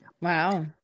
Wow